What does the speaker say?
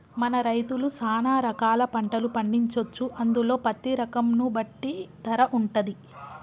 మన రైతులు సాన రకాల పంటలు పండించొచ్చు అందులో పత్తి రకం ను బట్టి ధర వుంటది